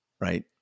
right